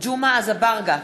ג'מעה אזברגה,